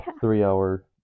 three-hour